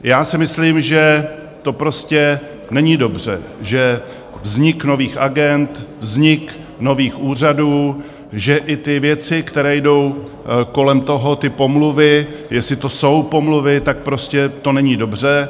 Já si myslím, že to prostě není dobře, že vznik nových agend, vznik nových úřadů, že i ty věci, které jdou kolem toho, ty pomluvy jestli to jsou pomluvy prostě to není dobře.